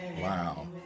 Wow